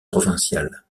provincial